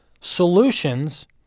solutions